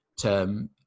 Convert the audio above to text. term